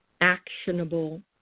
actionable